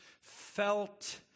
felt